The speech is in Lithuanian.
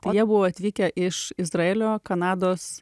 o jie buvo atvykę iš izraelio kanados